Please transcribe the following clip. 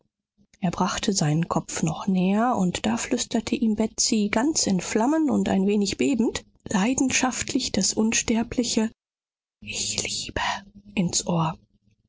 er brachte seinen kopf noch näher und da flüsterte ihm betsy ganz in flammen und ein wenig bebend leidenschaftlich das unsterbliche ich liebe ins ohr